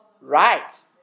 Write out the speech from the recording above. right